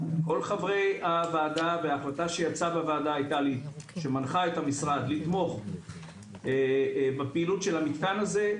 למרות ההחלטה של הוועדה שהנחתה את המשרד לתמוך בפעילות של המתקן הזה,